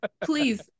please